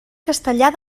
castellar